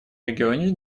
регионе